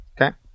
Okay